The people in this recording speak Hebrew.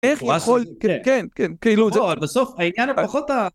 איך יכול... כן, כן, כן, כאילו זה... בואו, בסוף, העניין הפחות ה...